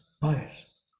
bias